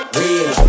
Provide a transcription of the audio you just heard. real